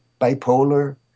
bipolar